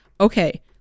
Okay